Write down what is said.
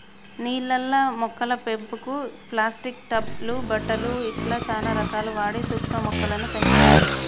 నీళ్లల్ల మొక్కల పెంపుకు ప్లాస్టిక్ టబ్ లు బుట్టలు ఇట్లా చానా రకాలు వాడి సూక్ష్మ మొక్కలను పెంచుతుండ్లు